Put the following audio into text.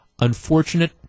unfortunate